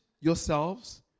yourselves